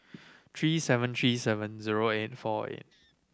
three seven three seven zero eight four eight